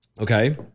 Okay